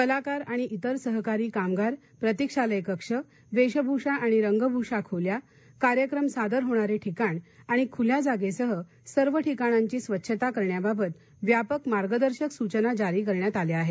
कलाकार आणि इतर सहकारी कामगार प्रतीक्षालय कक्ष वेशभूषा आणि रंगभूषा खोल्या कार्यक्रम सादर होणारे ठिकाण आणि खुल्या जागेसह सर्व ठिकाणांची स्वच्छता करण्याबाबत व्यापक मार्गदर्शक सूचना जारी करण्यात आल्या आहेत